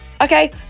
Okay